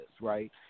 right